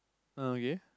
okay